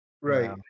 right